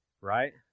right